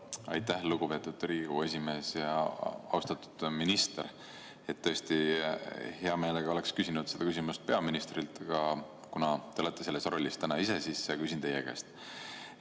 Aitäh, lugupeetud Riigikogu esimees! Austatud minister! Tõesti, ma hea meelega oleksin küsinud seda küsimust peaministrilt, aga kuna te olete selles rollis täna ise, siis küsin teie käest.